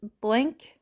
blank